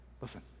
listen